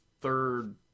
third